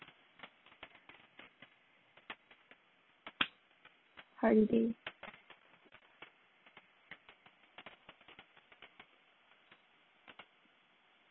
holiday